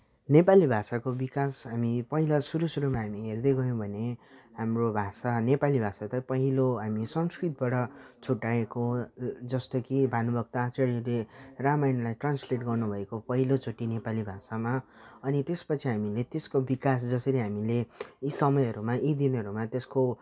नेपाली भाषाको विकास हामी पहिला सुरु सुरुमा हामी हेर्दै गयौँ भने हाम्रो भाषा नेपाली भाषा त पहिलो हामी संस्कृतबाट छुट्ट्याएको जस्तो कि भानुभक्त आचार्यले रामायणलाई ट्रान्सलेट गर्नुभएको पहिलोचोटि नेपाली भाषामा अनि त्यसपछि हामीले त्यसको विकास जसरी हामीले यी समयहरूमा यी दिनहरूमा त्यसको